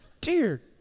dear